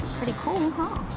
pretty cool huh?